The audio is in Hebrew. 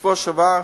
בשבוע שעבר,